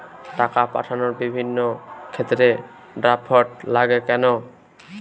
টাকা পাঠানোর বিভিন্ন ক্ষেত্রে ড্রাফট লাগে কেন?